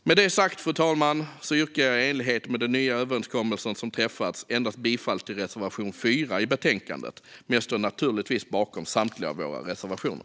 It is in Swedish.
Med det sagt, fru talman, yrkar jag i enlighet med den nya överenskommelsen som träffats bifall endast till reservation 4 i betänkandet, även om jag naturligtvis står bakom samtliga våra reservationer.